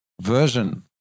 version